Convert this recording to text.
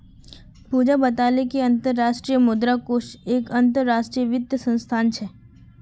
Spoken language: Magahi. पूजा बताले कि अंतर्राष्ट्रीय मुद्रा कोष एक अंतरराष्ट्रीय वित्तीय संस्थान छे